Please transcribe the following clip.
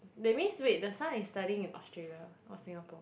that means wait the son is studying in Australia or Singapore